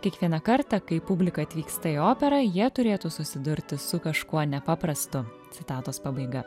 kiekvieną kartą kai publika atvyksta į operą jie turėtų susidurti su kažkuo nepaprastu citatos pabaiga